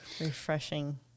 Refreshing